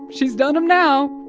she's done them now.